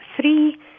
three